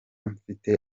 mfite